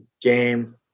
game